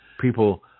people